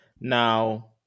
Now